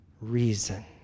reason